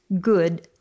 good